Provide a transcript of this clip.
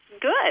good